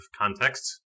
context